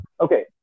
okay